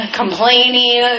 complaining